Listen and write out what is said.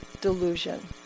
delusion